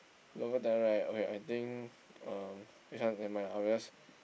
local talent right okay I think uh this one never mind I will just